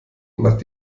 macht